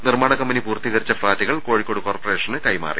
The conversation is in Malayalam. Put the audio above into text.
നിർമ്മാണ കമ്പനി പൂർത്തീകരിച്ച ഫ്ളാറ്റുകൾ കോഴിക്കോട് കോർപറേഷന് കൈമാറി